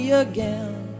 again